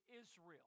Israel